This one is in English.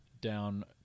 down